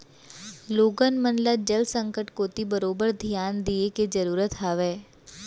लोगन मन ल जल संकट कोती बरोबर धियान दिये के जरूरत हावय